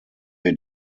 wir